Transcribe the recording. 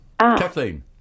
Kathleen